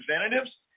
representatives